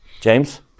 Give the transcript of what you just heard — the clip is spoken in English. James